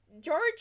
George